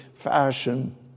Fashion